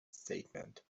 statement